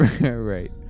Right